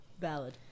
valid